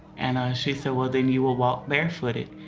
and she said, well, then you will walk barefooted.